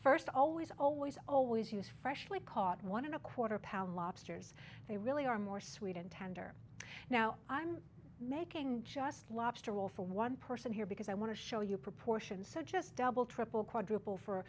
first always always always use freshly caught one in a quarter pound lobsters they really are more sweet and tender now i'm making just lobster roll for one person here because i want to show you proportions so just double triple quadruple for